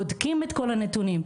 בודקים את כל הנתונים,